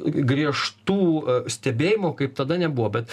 griežtų stebėjimų kaip tada nebuvo bet